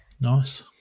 Nice